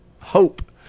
hope